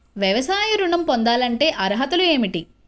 వ్యవసాయ ఋణం పొందాలంటే అర్హతలు ఏమిటి?